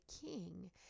king